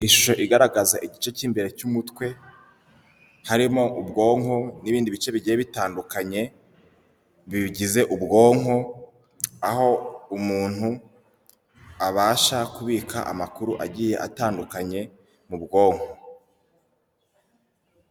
Ishusho igaragaza igice cy'imbere cy'umutwe, harimo ubwonko n'ibindi bice bigiye bitandukanye bigize ubwonko, aho umuntu abasha kubika amakuru agiye atandukanye mu bwonko.